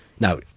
Now